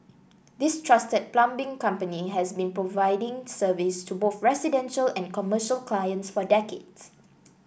this trusted plumbing company has been providing service to both residential and commercial clients for decades